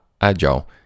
Agile